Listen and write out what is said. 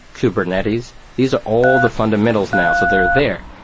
kubernetes. these are all the fundamentals now. so they are there.